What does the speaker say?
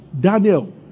Daniel